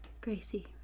Gracie